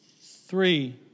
three